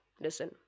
listen